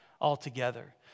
altogether